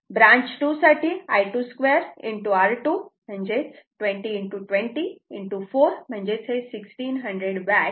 branch 2 साठी हे I2 2 R 2 20 20 4 1600 watt